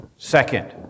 Second